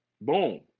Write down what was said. Boom